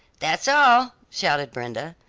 that's all, shouted brenda,